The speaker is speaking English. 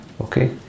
Okay